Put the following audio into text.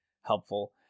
helpful